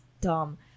dumb